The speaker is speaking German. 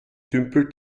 dümpelt